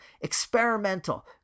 experimental